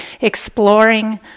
exploring